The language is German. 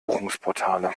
buchungsportale